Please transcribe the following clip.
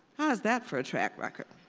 how is that for a track record?